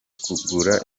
kugura